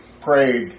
prayed